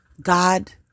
God